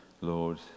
Lord